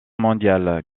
mondiale